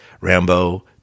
Rambo